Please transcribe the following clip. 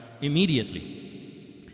immediately